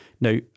Now